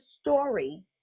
story